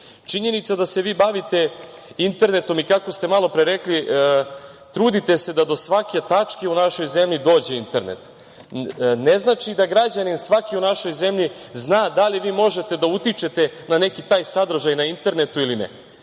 pomognete. Činjenica da se vi bavite internetom i kako ste malopre rekli, trudi se da do svake tačke u našoj zemlji dođe internet, ne znači da građanin svaki u našoj zemlji zna da li vi možete da utičete na neki taj sadržaj na internetu ili ne. Vi